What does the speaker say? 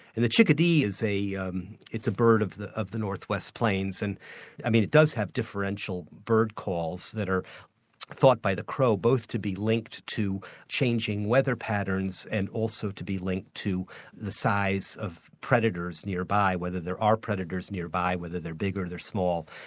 and the chickadee is a um bird of the of the north-west plains, and yeah it does have differential bird calls that are thought by the crow, both to be linked to changing weather patterns and also to be linked to the size of predators nearby, whether there are predators nearby, whether they're big or and they're small.